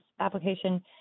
application